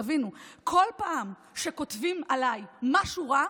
תבינו, כל פעם שכותבים עליי משהו רע,